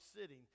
sitting